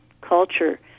culture